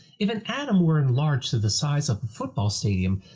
if an atom were enlarged to the size of a football stadium,